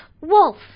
Wolf